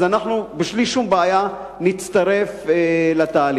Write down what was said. אז אנחנו בלי שום בעיה נצטרף לתהליך.